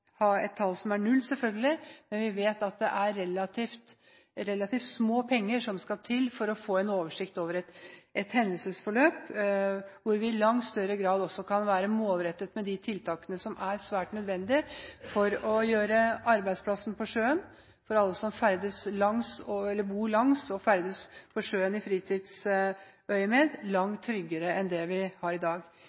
ha et tall som er null, selvfølgelig – og vi vet at det er relativt små penger som skal til for å få en oversikt over et hendelsesforløp, og hvor vi i langt større grad kan være målrettet med de tiltakene som er nødvendige for å gjøre arbeidsplassene på sjøen og livet til alle som bor langs og ferdes langs sjøen i fritidsøyemed, langt tryggere enn det er i dag.